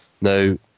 Now